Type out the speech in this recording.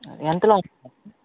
ఎంతలో ఉంది సార్